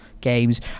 games